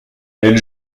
elle